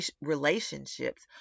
relationships